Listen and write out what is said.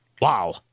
Wow